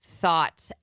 thought